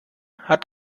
hat